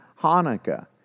Hanukkah